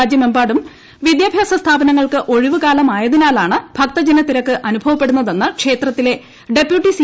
രാജ്യമെമ്പാടും വിദ്യാഭ്യാസ സ്ഥാപനങ്ങൾക്ക് ഒഴിവ് കാലമായതിനാലാണ് ഭക്തജനത്തിരക്ക് അനുഭവപ്പെടുന്നതെന്ന് ക്ഷേത്രത്തിലെ ഡെപ്യൂട്ടി സി